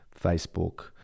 Facebook